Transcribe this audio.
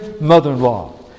mother-in-law